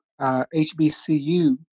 HBCU